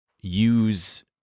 use